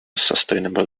sustainable